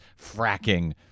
fracking